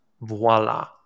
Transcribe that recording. voila